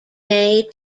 may